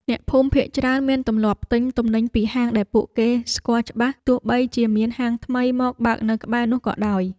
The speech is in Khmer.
អ្នកភូមិភាគច្រើនមានទម្លាប់ទិញទំនិញពីហាងដែលពួកគេស្គាល់ច្បាស់ទោះបីជាមានហាងថ្មីមកបើកនៅក្បែរនោះក៏ដោយ។